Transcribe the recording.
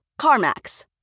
CarMax